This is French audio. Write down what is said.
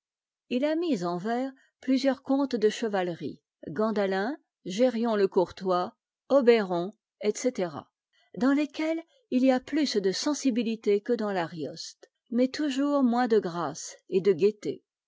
i a mis en vers plusieurs contes de chevalerie gandalin gérion le courtois obéron etc dans lesquels il y a plus de sensibilité que dans l'arioste mais toujours moins de grâce et de gaieté